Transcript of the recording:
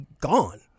gone